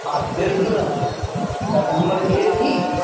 आ दैत रहबै किया तऽ हमर एकही